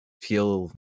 feel